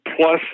plus